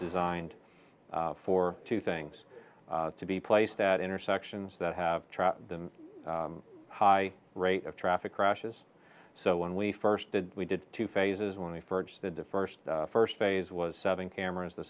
designed for two things to be placed that intersections that have the high rate of traffic crashes so when we first did we did two phases when the fridge the different first phase was seven cameras the